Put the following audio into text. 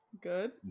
good